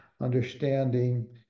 understanding